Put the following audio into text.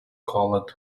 called